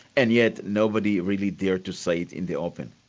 and yet nobody really dared to say it in the open.